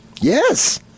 Yes